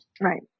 Right